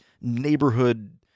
neighborhood